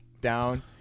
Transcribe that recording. down